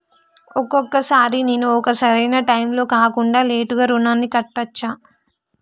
ఒక్కొక సారి నేను ఒక సరైనా టైంలో కాకుండా లేటుగా రుణాన్ని కట్టచ్చా?